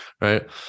Right